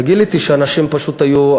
וגיליתי שהנשים פשוט היו,